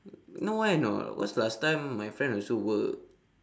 know why or not because last time my friend also work